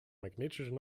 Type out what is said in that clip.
magnetische